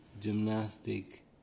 gymnastic